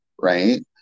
right